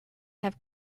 have